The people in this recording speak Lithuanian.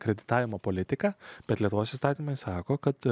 kreditavimo politika bet lietuvos įstatymai sako kad